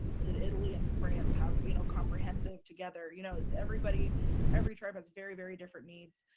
do italy and france have you know comprehensive together you know, everybody every tribe has very, very different needs,